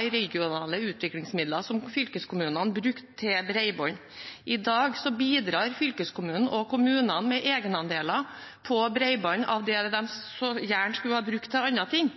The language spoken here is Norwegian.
i regionale utviklingsmidler som fylkeskommunene brukte til bredbånd. I dag bidrar fylkeskommunen og kommunene med egenandeler på bredbånd – av det de så gjerne skulle ha brukt til andre ting.